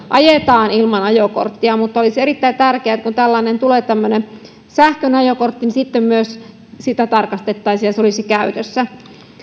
ajetaan ilman ajokorttia olisi erittäin tärkeää että kun tulee tämmöinen sähköinen ajokortti niin sitten myös sitä tarkastettaisiin ja että se olisi käytössä